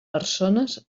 persones